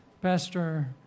Pastor